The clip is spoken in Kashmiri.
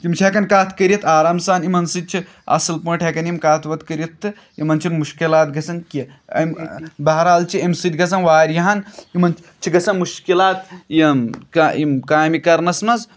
تِم چھِ ہٮ۪کان کَتھ کٔرِتھ آرام سان یِمَن سۭتۍ چھِ اَصٕل پٲٹھۍ ہٮ۪کان یِم کَتھ وَتھ کٔرِتھ تہٕ یِمَن چھِنہٕ مُشکِلات گَژھان کیٚنٛہہ اَمہِ بہرحال چھِ اَمہِ سۭتۍ گَژھان واریاہن یِمَن چھِ گَژھان مُشکِلات یِم کا یِم کامہِ کَرنَس منٛز